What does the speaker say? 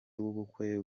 w’ubukwe